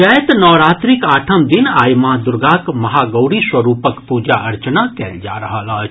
चैत नवरात्रिक आठम दिन आइ माँ दुर्गाक महागौरी स्वरूपक पूजा अर्चना कयल जा रहल अछि